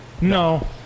No